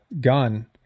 gun